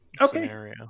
okay